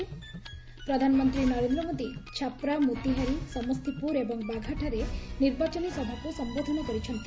ପ୍ରଧାନମନ୍ତ୍ରୀ ନରେନ୍ଦ୍ର ମୋଦି ଛାପ୍ରା ମୋତିହାରୀ ସମସ୍ତିପୁର ଏବଂ ବାଘାଠାରେ ନିର୍ବାଚନୀ ସଭାକୁ ସମ୍ବୋଧନ କରିଛନ୍ତି